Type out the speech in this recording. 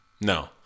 No